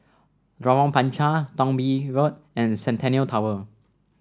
Lorong Panchar Thong Bee Road and Centennial Tower